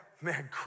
Man